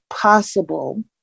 possible